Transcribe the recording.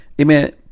amen